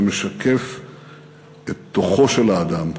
זה משקף את כוחו של האדם,